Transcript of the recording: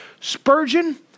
Spurgeon